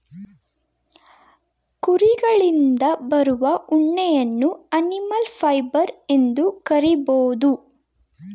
ಕುರಿಗಳಿಂದ ಬರುವ ಉಣ್ಣೆಯನ್ನು ಅನಿಮಲ್ ಫೈಬರ್ ಎಂದು ಕರಿಬೋದು